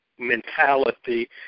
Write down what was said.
Mentality